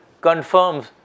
confirms